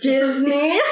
Disney